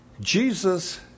Jesus